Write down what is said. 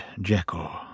Jekyll